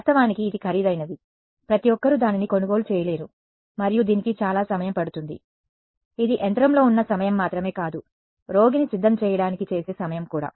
వాస్తవానికి ఇది ఖరీదైనది ప్రతి ఒక్కరూ దానిని కొనుగోలు చేయలేరు మరియు దీనికి చాలా సమయం పడుతుంది ఇది యంత్రంలో ఉన్న సమయం మాత్రమే కాదు రోగిని సిద్ధం చేయడానికి చేసే సమయం కూడా